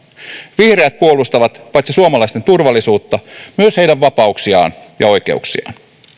vihreät puolustavat paitsi suomalaisten turvallisuutta myös heidän vapauksiaan ja oikeuksiaan